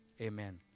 amen